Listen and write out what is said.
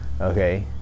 okay